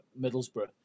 Middlesbrough